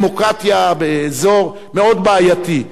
דמוקרטיה באזור מאוד בעייתי.